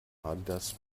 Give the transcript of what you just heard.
adidas